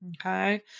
Okay